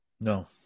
No